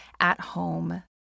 at-home